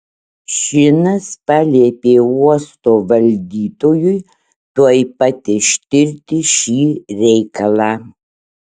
šinas paliepė uosto valdytojui tuoj pat ištirti šį reikalą